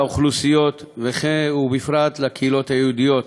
לאוכלוסיות בכלל ובפרט לקהילות היהודיות